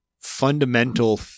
fundamental